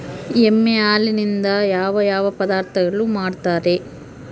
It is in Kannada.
ಎಮ್ಮೆ ಹಾಲಿನಿಂದ ಯಾವ ಯಾವ ಪದಾರ್ಥಗಳು ಮಾಡ್ತಾರೆ?